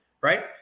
right